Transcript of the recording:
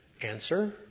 Answer